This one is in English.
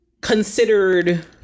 considered